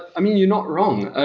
i mean you're not wrong.